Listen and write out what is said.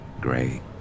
gray